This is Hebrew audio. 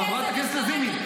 חברת הכנסת לזימי,